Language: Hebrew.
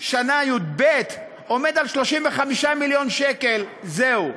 כיתה י"ב עומד על 35 מיליון שקל, זהו.